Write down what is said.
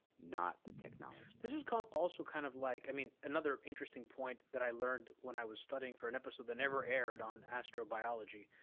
not the technology. this is kind of also kind of like i mean another interesting point that i learned when i was studying for an episode that never aired on astrobiology,